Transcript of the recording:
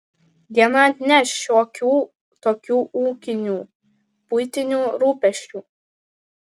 diena atneš šiokių tokių ūkinių buitinių rūpesčių